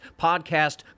podcast